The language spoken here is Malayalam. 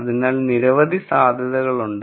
അതിനാൽ നിരവധി സാധ്യതകൾ ഉണ്ട്